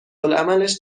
العملش